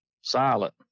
silent